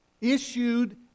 issued